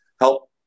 help